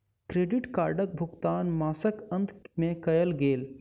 credit कार्डक भुगतान मासक अंत में कयल गेल